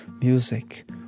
music